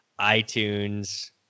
iTunes